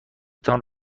تان